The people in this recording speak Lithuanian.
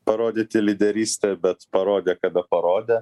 parodyti lyderystę bet parodė kada parodė